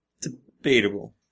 Debatable